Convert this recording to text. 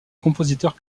compositeurs